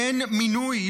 אין מינוי,